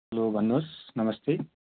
hello भन्नुहोस् नमस्ते